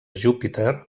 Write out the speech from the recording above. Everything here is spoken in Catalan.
júpiter